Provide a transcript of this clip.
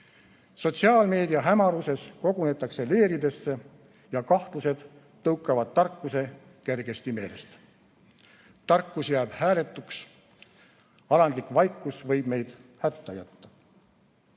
Sotsiaalmeedia hämaruses kogunetakse leeridesse ja kahtlused tõukavad tarkuse kergesti meelest. Tarkus jääb hääletuks, alandlik vaikus võib meid hätta jätta.